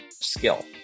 skill